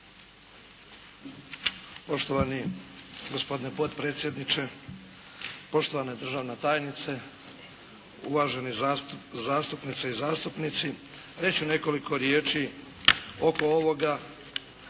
Poštovani gospodine potpredsjedniče, poštovana državna tajnice, uvažene zastupnice i zastupnici. Reći ću nekoliko riječi oko ovoga